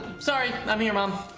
sorry! i'm here, mom.